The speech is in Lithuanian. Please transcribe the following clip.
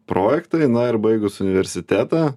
projektai na ir baigus universitetą